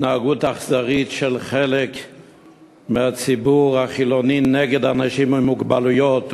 התנהגות אכזרית של חלק מהציבור החילוני נגד אנשים עם מוגבלות.